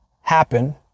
happen